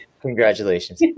Congratulations